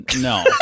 no